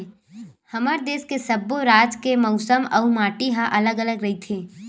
हमर देस के सब्बो राज के मउसम अउ माटी ह अलगे अलगे रहिथे